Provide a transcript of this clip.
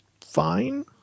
fine